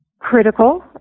Critical